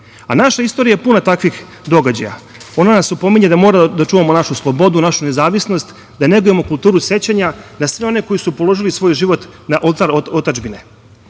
istorija je puna takvih događaja. Ona nas opominje da moramo da čuvamo našu slobodu, našu nezavisnost, da negujemo kulturu sećanja na sve one koji su položili svoj život na oltar otadžbine. Jedan